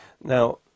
now